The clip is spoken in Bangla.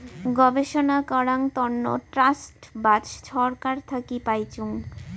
গবেষণা করাং তন্ন ট্রাস্ট বা ছরকার থাকি পাইচুঙ